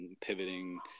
pivoting